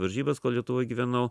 varžybas kol lietuvoj gyvenau